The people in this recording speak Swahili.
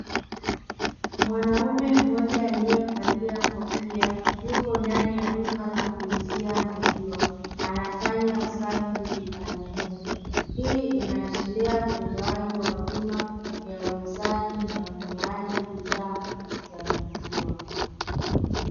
Mwanaume mmoja aliyevalia kofia yupo ndani ya duka la kuuzia maziwa anafanya usafi dukani humo, hii inaashiria utolewaji wa huduma ya uuzaji na ununuaji wa bidhaa za maziwa.